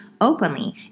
openly